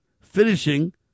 finishing